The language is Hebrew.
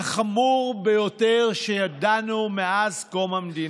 החמור ביותר שידענו מאז קום המדינה: